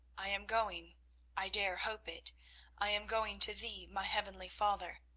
i am going i dare hope it i am going to thee, my heavenly father.